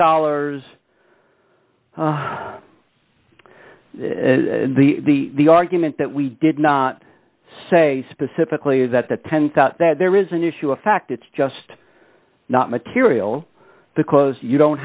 dollars the argument that we did not say specifically is that the ten thought that there is an issue of fact it's just not material because you don't